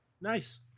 nice